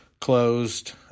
closed